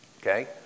Okay